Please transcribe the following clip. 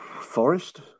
Forest